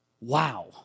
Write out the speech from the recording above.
Wow